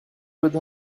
with